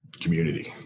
community